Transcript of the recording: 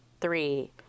three